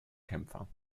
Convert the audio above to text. kämpfer